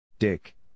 Dick